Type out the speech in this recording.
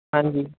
ਹਾਂਜੀ